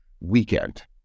weekend